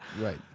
Right